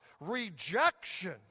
Rejection